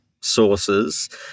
sources